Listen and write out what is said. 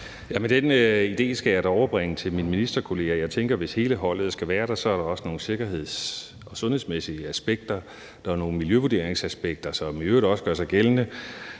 Den idé skal jeg da overbringe til min ministerkollega. Jeg tænker, at der også er nogle sikkerheds- og sundhedsmæssige aspekter og nogle miljøvurderingsaspekter, som gør sig gældende,